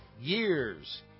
years